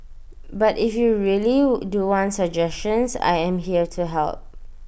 but if you really do want suggestions I am here to help